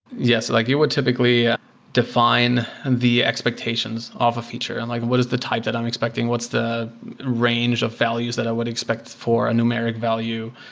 yes. like you would typically define the expectations of a feature, and like what is the type that i'm expecting? what's the range of values that i would expect for a numeric value?